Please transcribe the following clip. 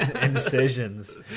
incisions